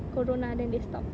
corona then they stop